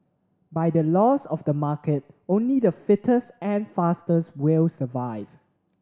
by the laws of the market only the fittest and fastest will survive